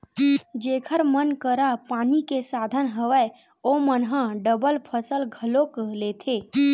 जेखर मन करा पानी के साधन हवय ओमन ह डबल फसल घलोक लेथे